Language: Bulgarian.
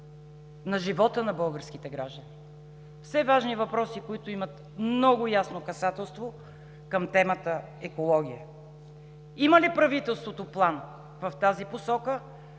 на живота на българските граждани – все важни въпроси, които имат много ясно касателство към темата „екология“. Има ли правителството план в тази посока,